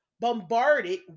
bombarded